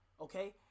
okay